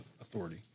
authority